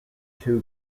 two